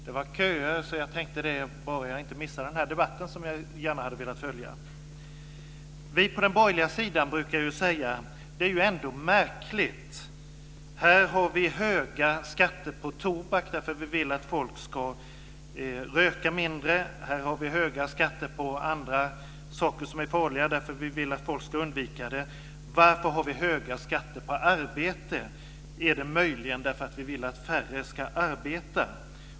Det var köer. Bara jag inte missar den här debatten, som jag gärna hade velat följa, tänkte jag. Vi på den borgerliga sidan brukar säga: Det är ju ändå märkligt. Här har vi höga skatter på tobak därför att vi vill att människor ska röka mindre. Här har vi höga skatter på andra saker som är farliga därför att vi vill att människor ska undvika dem. Varför har vi höga skatter på arbete? Är det möjligen därför att vi vill att färre ska arbeta?